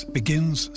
begins